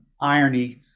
irony